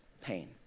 pain